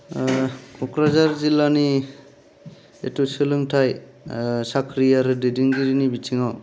क'क्राझार जिल्लानि जिथु सोलोंथाय ओ साख्रि आरो दैदेनगिरिनि बिथिंआव